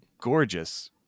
gorgeous